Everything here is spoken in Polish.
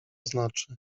znaczy